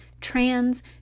trans